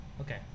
Okay